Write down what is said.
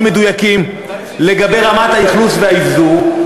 מדויקים לגבי רמת האכלוס והאבזור,